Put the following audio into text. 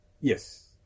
Yes